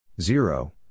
Zero